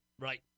Right